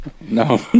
No